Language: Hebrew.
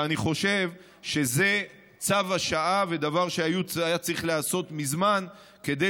ואני חושב שזה צו השעה ודבר שהיה צריך להיעשות מזמן כדי